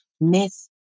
Miss